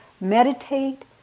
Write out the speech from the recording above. meditate